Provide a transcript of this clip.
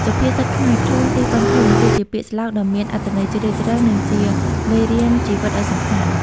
សុភាសិតខ្មែរ «ខ្លួនទីពឹងខ្លួន» គឺជាពាក្យស្លោកដ៏មានអត្ថន័យជ្រាលជ្រៅ និងជាមេរៀនជីវិតដ៏សំខាន់។